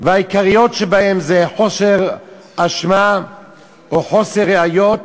והעיקריות שבהן הן חוסר אשמה או חוסר ראיות